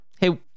hey